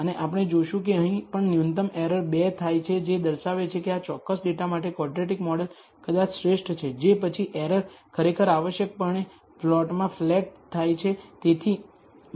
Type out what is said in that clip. અને આપણે જોશું કે અહીં પણ ન્યૂનતમ એરર 2 થાય છે જે દર્શાવે છે કે આ ચોક્કસ ડેટા માટે ક્વોડ્રેટિક મોડેલ કદાચ શ્રેષ્ઠ છે જે પછી એરર ખરેખર આવશ્યકપણે પ્લોટમાં ફ્લેટ થાય છે